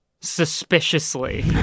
suspiciously